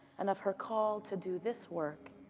and of her call to do this work,